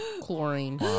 Chlorine